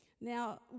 Now